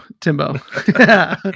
Timbo